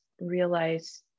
realize